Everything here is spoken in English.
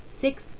Six